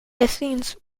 athens